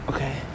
Okay